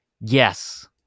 Yes